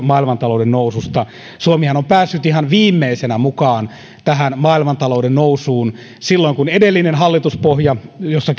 maailmantalouden noususta suomihan on päässyt ihan viimeisenä mukaan tähän maailmantalouden nousuun kun edellinen hallituspohja jossa